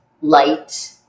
light